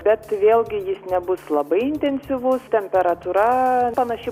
bet vėlgi jis nebus labai intensyvus temperatūra panaši